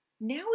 now